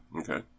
Okay